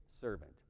servant